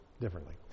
differently